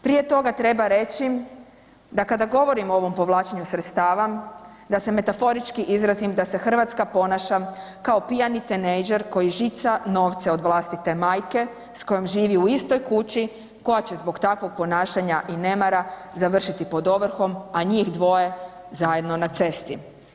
Prije toga treba reći da kada govorimo o ovom povlačenju sredstava, da se metaforički izrazim da se Hrvatska ponaša kao pijani tinejdžer koji žica novce od vlastite majke s kojom živi u istoj kući koja će zbog takvog ponašanja i nemara završiti pod ovrhom, a njih dvoje zajedno na cesti.